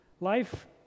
Life